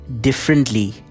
differently